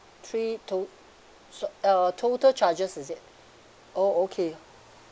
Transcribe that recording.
three t~ so uh total charges is it oh okay